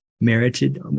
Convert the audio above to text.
merited